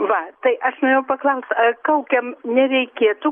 va tai aš norėjau paklaust ar kaukėm nereikėtų